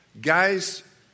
Guys